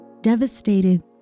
devastated